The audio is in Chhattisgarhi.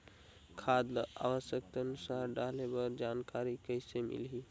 खाद ल आवश्यकता अनुसार डाले बर जानकारी कइसे मिलही?